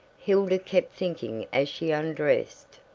hilda kept thinking as she undressed.